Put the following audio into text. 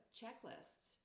checklists